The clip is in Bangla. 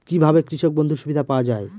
কি ভাবে কৃষক বন্ধুর সুবিধা পাওয়া য়ায়?